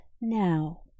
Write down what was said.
now